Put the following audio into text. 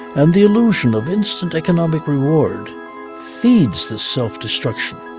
and the illusion of instant economic reward feeds the self-destruction.